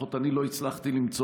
לפחות אני לא הצלחתי למצוא.